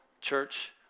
church